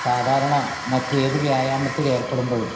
സാധാരണ മറ്റേത് വ്യായാമത്തിലേർപ്പെടുമ്പോഴും